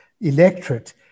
electorate